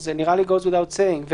זה נראה לי goes without saying.